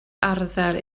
arddel